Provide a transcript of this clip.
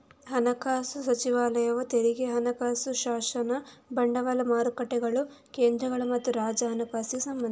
ಹಣಕಾಸು ಸಚಿವಾಲಯವು ತೆರಿಗೆ, ಹಣಕಾಸು ಶಾಸನ, ಬಂಡವಾಳ ಮಾರುಕಟ್ಟೆಗಳು, ಕೇಂದ್ರ ಮತ್ತು ರಾಜ್ಯ ಹಣಕಾಸಿಗೆ ಸಂಬಂಧಿಸಿದೆ